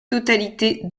totalité